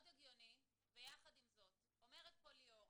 אומרת פה ליאורה